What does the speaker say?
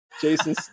jason